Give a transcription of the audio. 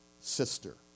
sister